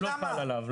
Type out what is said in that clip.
זה לא חל עליו.